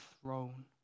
throne